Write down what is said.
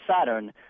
Saturn